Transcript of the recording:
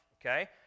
okay